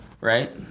right